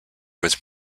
was